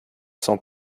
sont